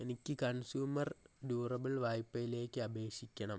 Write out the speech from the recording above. എനിക്ക് consumer durable വായ്പയിലേക്ക് അപേക്ഷിക്കണം